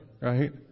right